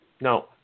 No